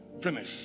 Finish